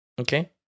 Okay